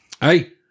Hey